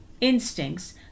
instincts